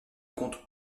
compte